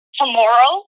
tomorrow